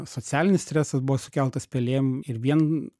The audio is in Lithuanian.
socialinis stresas buvo sukeltas pelėm ir vien